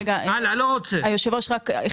רגע, היושב ראש, רק חידוד קטן.